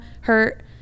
hurt